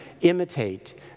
imitate